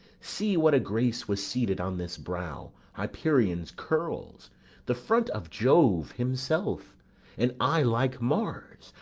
see what a grace was seated on this brow hyperion's curls the front of jove himself an eye like mars,